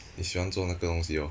你喜欢做那个东西 lor